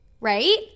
right